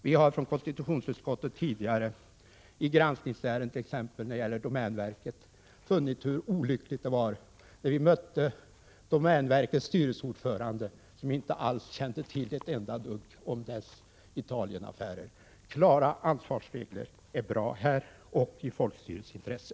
Vi har från konstitutionsutskottet tidigare, exempelvis i granskningsärendet gällande domänverket, funnit hur olyckligt det var när vi mötte domänverkets styrelseordförande, som inte kände till något alls om verkets underlydande bolags Italienaffärer. Klara ansvarsregler är bra här och i folkstyrelsens intresse.